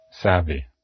savvy